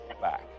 back